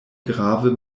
grave